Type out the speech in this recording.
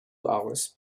hours